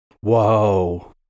Whoa